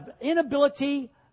inability